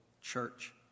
church